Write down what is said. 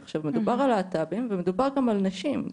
מדובר על להט"בים ומדובר גם על נשים.